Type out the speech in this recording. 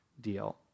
deal